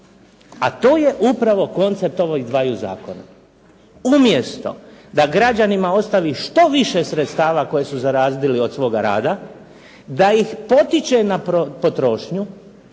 a to je upravo koncept ovih dvaju zakona. Umjesto da građanima ostavi što više sredstava koje su zaradili od svoga rada, da ih potiče na potrošnju,